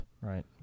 Right